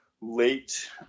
late